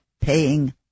paying